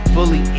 Fully